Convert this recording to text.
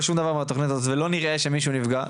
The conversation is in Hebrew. שום דבר עם התכנית ולא נראה שמישהו נפגע,